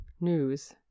news